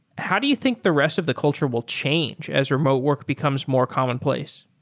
how do you think the rest of the culture will change as remote work becomes more commonplace?